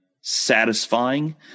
satisfying